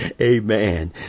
amen